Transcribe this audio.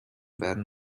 werden